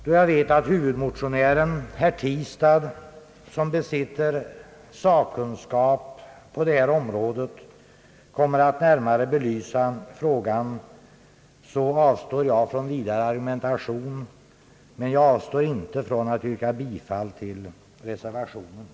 Då jag vet att huvudmotionären, herr Tistad, som tillika besitter sakkunskap på det här området kommer att närmare belysa frågan så avstår jag från vidare argumentation — men jag avstår inte från att yrka bifall till reservationen.